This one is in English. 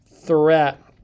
threat